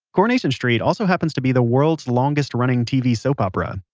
coronation street also happens to be the world's longest running tv soap opera.